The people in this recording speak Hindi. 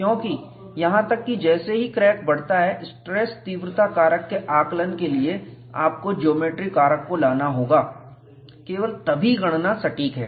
क्योंकि यहां तक की जैसे ही क्रैक बढ़ता है स्ट्रेस तीव्रता कारक के आकलन के लिए आपको ज्योमेट्री कारक को लाना होगा केवल तभी गणना सटीक है